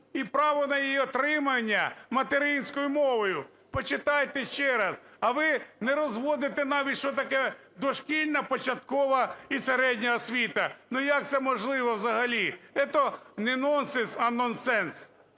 і право на її отримання материнською мовою. Почитайте ще раз. А ви не розводите навіть, що таке дошкільна, початкова і середня освіта. Ну як це можливо взагалі? Це не но'нсенс, а нонсе'нс.